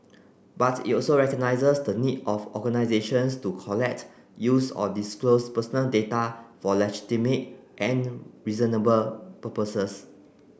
but it also recognises the needs of organisations to collect use or disclose personal data for legitimate and reasonable purposes